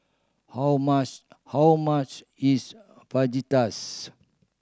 how much how much is Fajitas